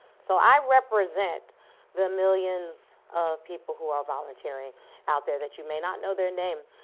so i represent the millions of people who are volunteering out there that you may not know their names,